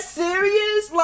serious